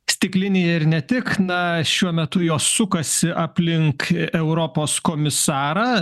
stiklinėj ir ne tik na šiuo metu jos sukasi aplink europos komisarą